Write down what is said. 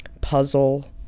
puzzle